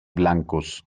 blancos